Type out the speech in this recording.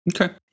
Okay